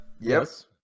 Yes